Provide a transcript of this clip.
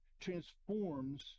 transforms